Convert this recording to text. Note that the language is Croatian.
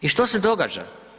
I što se događa.